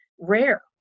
rare